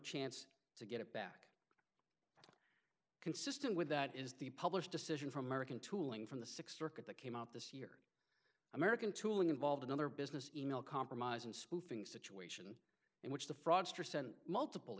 chance to get it back consistent with that is the published decision for american tooling from the sixty look at that came out this year american tooling involved another business email compromise and spoofing scituate in which the